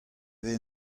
vez